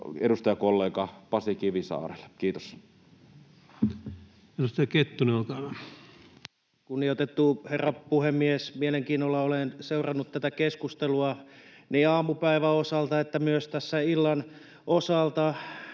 edustajakollega Pasi Kivisaarelle. — Kiitos. Edustaja Kettunen, olkaa hyvä. Kunnioitettu herra puhemies! Mielenkiinnolla olen seurannut tätä keskustelua niin aamupäivän osalta kuin myös tässä illan osalta.